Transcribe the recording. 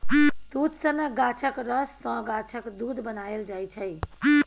दुध सनक गाछक रस सँ गाछक दुध बनाएल जाइ छै